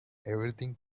everything